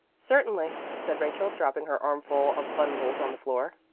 certainly, said rachel, dropping her armful of bundles on the floor.